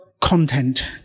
content